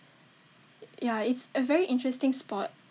ya it's a very interesting sport